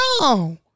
no